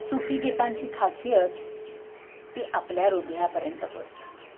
सुफी गीतांची खासियत ती आपल्या ह्रदयापर्यंत पोचते